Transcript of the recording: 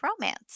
romance